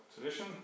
tradition